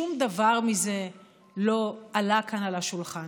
שום דבר מזה לא עלה כאן על השולחן.